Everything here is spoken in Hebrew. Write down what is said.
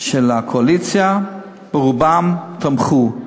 של הקואליציה, רובן תמכו,